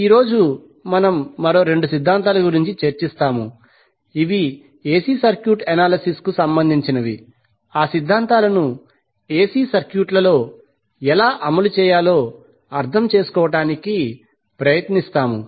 ఈ రోజు మనం మరో రెండు సిద్ధాంతాల గురించి చర్చిస్తాము ఇవి ఎసి సర్క్యూట్ అనాలిసిస్ కు సంబంధించినవి ఆ సిద్ధాంతాలను ఎసి సర్క్యూట్లలో ఎలా అమలు చేయాలో అర్థం చేసుకోవడానికి ప్రయత్నిస్తాము